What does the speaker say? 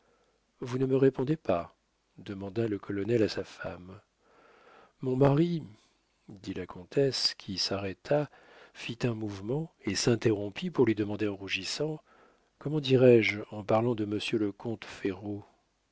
vous ne me répondez pas demanda le colonel à sa femme mon mari dit la comtesse qui s'arrêta fit un mouvement et s'interrompit pour lui demander en rougissant comment dirai-je en parlant de monsieur le comte ferraud